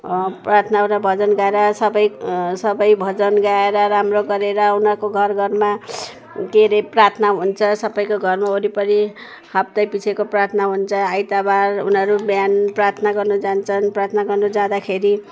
प्रार्थना र भजन गाएर सबै सबै भजन गाएर राम्रो गरेर उनीहरूको घर घरमा के अरे प्रार्थना हुन्छ सबैको घरमा वरिपरि हप्तै पछिको प्रार्थना हुन्छ आइतवार उनीहरू बिहान प्रार्थना गर्नु जान्छन् प्रार्थना गर्नु जाँदाखेरि